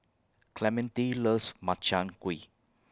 Clementine loves Makchang Gui